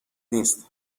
نیست